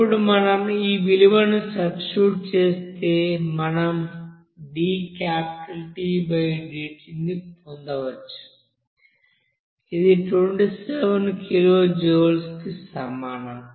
ఇప్పుడు మనం ఈ విలువను సబ్స్టిట్యూట్ చేస్తే మనం dTdt పొందవచ్చు అది 27కిలో జూల్ కి సమానం